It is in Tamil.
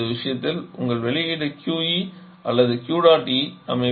இந்த விஷயத்தில் உங்கள் வெளியீடு QE அல்லது Q dot E